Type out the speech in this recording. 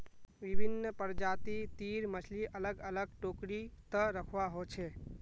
विभिन्न प्रजाति तीर मछली अलग अलग टोकरी त रखवा हो छे